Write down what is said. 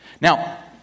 Now